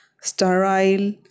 sterile